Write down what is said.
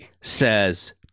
says